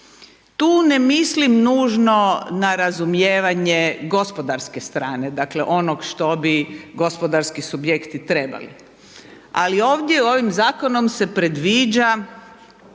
Tu ne mislim nužno na razumijevanje gospodarske strane, dakle onog što bi gospodarski subjekti trebali. Ali ovdje ovim zakonom se predviđa